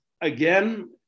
again